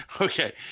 okay